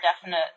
definite